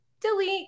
delete